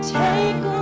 take